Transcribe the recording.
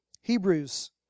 Hebrews